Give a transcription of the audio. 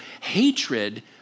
hatred